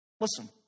Listen